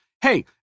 Hey